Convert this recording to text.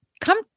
come